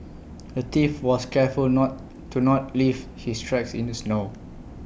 the thief was careful not to not leave his tracks in the snow